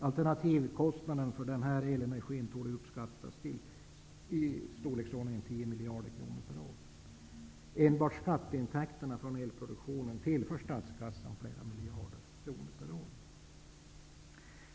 Alternativkostnaden för denna elenergi torde kunna uppskattas till i storleksordningen 10 miljarder kronor per år. Enbart skatteintäkterna från elproduktionen i norr tillför statskassan flera miljarder kronor per år.